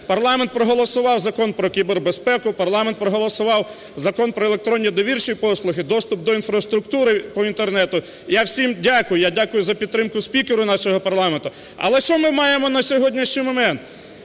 Парламент проголосував Закон про кібербезпеку, парламент проголосував Закон про електронні і довірчі послуги, доступ до інфраструктури по Інтернету. Я всім дякую, я дякую за підтримку спікеру нашого парламенту. Але, що ми маємо на сьогоднішній момент?